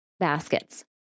Baskets